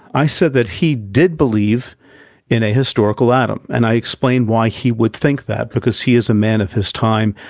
i said that he did believe in a historical adam, and i explain why he would think that because he is a man of his time,